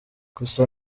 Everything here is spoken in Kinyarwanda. gusa